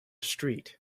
street